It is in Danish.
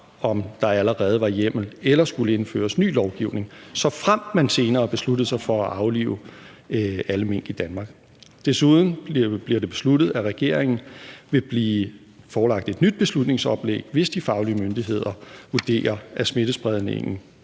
om der allerede var hjemmel eller der skulle indføres ny lovgivning, såfremt man senere besluttede sig for at aflive alle mink i Danmark. Desuden bliver det besluttet, at regeringen vil blive forelagt et nyt beslutningsoplæg, hvis de faglige myndigheder vurderer, at smittespredningen